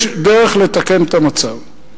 יש דרך לתקן את המצב,